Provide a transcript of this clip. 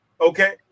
Okay